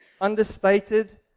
understated